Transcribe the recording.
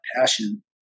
passion